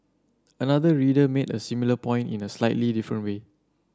another reader made a similar point in a slightly different way